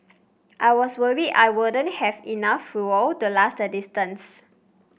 I was worried I wouldn't have enough fuel to last the distance